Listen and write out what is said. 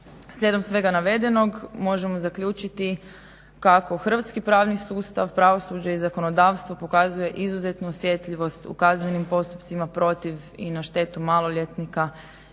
Slijedom svega navedenog možemo zaključiti kako hrvatski pravni sustav, pravosuđe i zakonodavstvo pokazuje izuzetnu osjetljivost u kaznenim postupcima protiv i na štetu maloljetnika i ovim